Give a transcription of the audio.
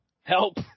Help